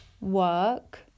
work